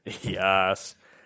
Yes